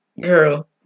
Girl